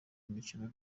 imikino